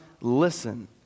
listen